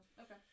okay